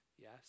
Yes